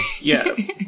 Yes